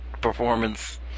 performance